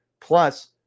Plus